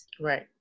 Right